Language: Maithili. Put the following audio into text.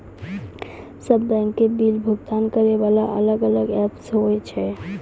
सब बैंक के बिल भुगतान करे वाला अलग अलग ऐप्स होय छै यो?